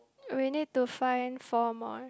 we need to find four more